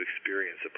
experience